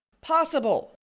possible